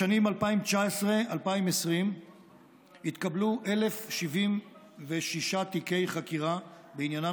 בשנים 2020-2019 התקבלו 1,076 תיקי חקירה בעניינם